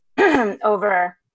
over